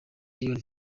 elion